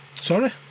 sorry